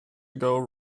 ago